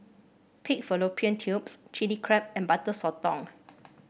Pig Fallopian Tubes Chili Crab and Butter Sotong